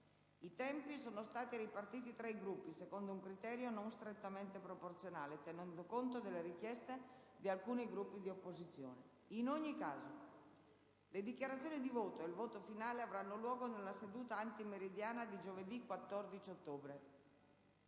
I tempi sono stati ripartiti tra i Gruppi secondo un criterio non strettamente proporzionale, tenendo conto delle richieste di alcuni Gruppi di opposizione. In ogni caso, le dichiarazioni di voto e il voto finale avranno luogo nella seduta antimeridiana di giovedì 14 ottobre.